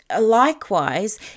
Likewise